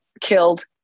killed